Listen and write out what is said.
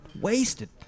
wasted